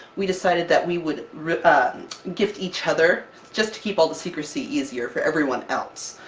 we decided that we would re ah gift each other, just keep all the secrecy easier for everyone else.